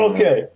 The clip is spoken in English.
Okay